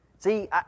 See